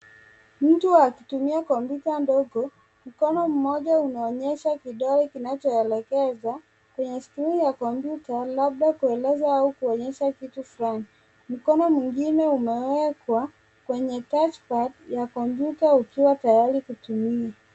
Mtu akitumia kompyuta ndogo. Mkono mmoja unaonyesha kidole kinachoelekeza kwenye skrini ya kompyuta labda kueleza au kuonyesha kitu fulani. Mkono mwingine umewekwa kwenye touchpad ya kompyuta ukiwa tayari kutumiwa.